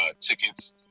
Tickets